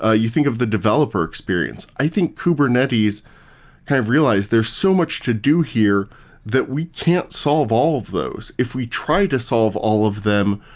ah you think of the developer experience. i think kubernetes kind of realized, there's so much to do here that we can't solve all of those. if we try to solve all of them,